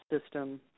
system